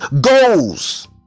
goals